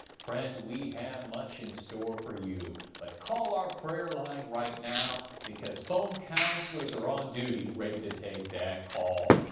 friend, we have much in store for you, but call our prayer line right now because phone counselors are on duty ready to take that call,